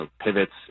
pivots